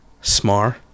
Smart